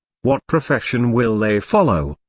what profession will they follow?